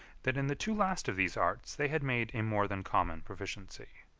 that in the two last of these arts, they had made a more than common proficiency.